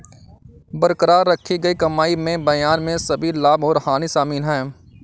बरकरार रखी गई कमाई में बयान में सभी लाभ और हानि शामिल हैं